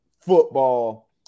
football